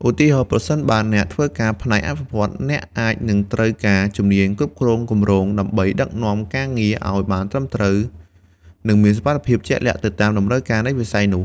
ឧទាហរណ៍ ប្រសិនបើអ្នកធ្វើការផ្នែកអភិវឌ្ឍន៍ អ្នកអាចនឹងត្រូវការ ជំនាញគ្រប់គ្រងគម្រោង ដើម្បីដឹកនាំការងារឱ្យបានត្រឹមត្រូវ ជំនាញស្រាវជ្រាវ ដើម្បីប្រមូលនិងវិភាគព័ត៌មាន ឬ ជំនាញវិភាគទិន្នន័យ ដើម្បីវាយតម្លៃពីផលប៉ះពាល់នៃគម្រោង។